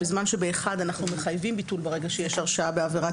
בזמן שב-1 אנחנו מחייבים ביטול ברגע שיש הרשעה בעבירת